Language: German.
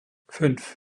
fünf